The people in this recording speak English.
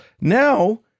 Now